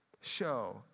show